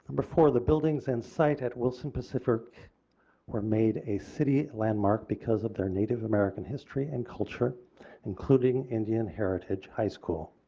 number four. the buildings and site at wilson pacific were made a city landmark because of their native american history and culture including indian heritage high school.